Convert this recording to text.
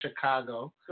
Chicago